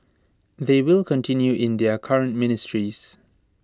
they will continue in their current ministries